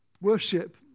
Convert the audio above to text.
Worship